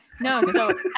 No